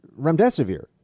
remdesivir